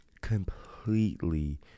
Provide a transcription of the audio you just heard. completely